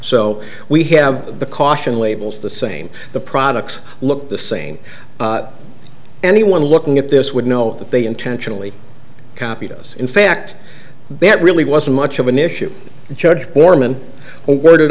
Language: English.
so we have the caution labels the same the products look the same anyone looking at this would know that they intentionally copied us in fact that really wasn't much of an issue judge borman orde